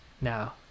now